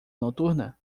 noturna